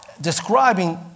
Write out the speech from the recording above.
describing